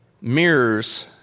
mirrors